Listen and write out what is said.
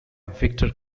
victor